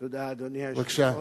תודה, אדוני היושב-ראש.